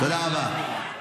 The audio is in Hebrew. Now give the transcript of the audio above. תודה רבה.